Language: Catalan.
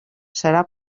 serà